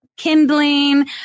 Kindling